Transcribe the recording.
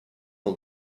all